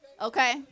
okay